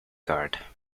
card